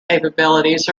capabilities